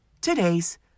today's